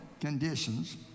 conditions